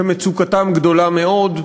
שמצוקתם גדולה מאוד.